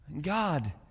God